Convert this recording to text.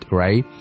right？